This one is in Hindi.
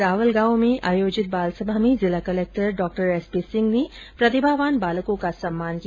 रावल गांव में आयोजित सामुदायिक बाल सभा में जिला कलेक्टर डॉ एस पी सिंह ने प्रतिभावान बालकों का सम्मान किया